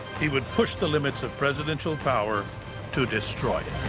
he would push the limits of presidential power to destroy it.